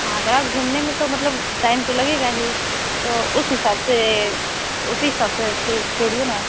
आगरा घूमने में तो मतलब टाइम तो लगेगा ही तो उस हिसाब से तो उसी हिसाब से फिर जोड़िए ना